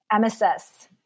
MSS